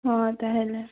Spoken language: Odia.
ହଁ ତାହେଲେ